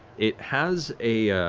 it has a